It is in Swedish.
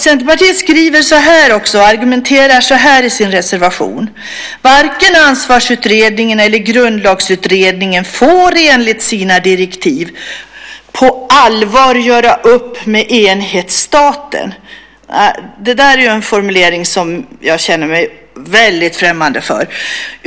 Centerpartiet argumenterar också på så sätt i sin reservation att varken Ansvarskommittén eller Grundlagsutredningen enligt sina direktiv på allvar får "göra upp med enhetsstaten". Det där är ju en formulering som jag känner mig väldigt främmande för.